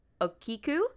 Okiku